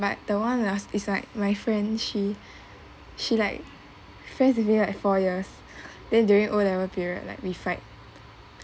but the one lah is like my friend she she like friends with me like four years then during O level period like we fight